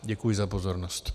Děkuji za pozornost.